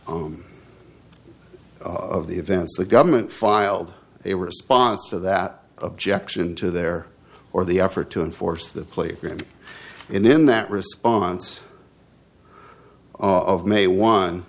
ome of the events the government filed a response to that objection to their or the effort to enforce the playground in that response of may one